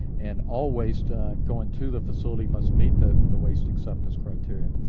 and all waste going to the facility must meet the the waste acceptance criteria.